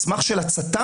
הכנסת, מסמך של הצט"מ,